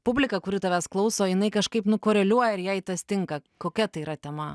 publika kuri tavęs klauso jinai kažkaip nu koreliuoja ir jai tas tinka kokia tai yra tema